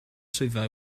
swyddfa